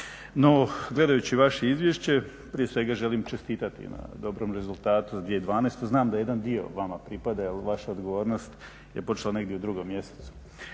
No, gledajući vaše izvješće prije svega želim čestitati na dobrom rezultatu za 2012. Znam da jedan dio vama pripada jer vaša odgovornost je počela negdje u drugom mjesecu